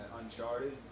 Uncharted